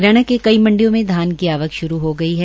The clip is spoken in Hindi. हरियाणा की कई मंडियों धान की आवक श्रू हो गई है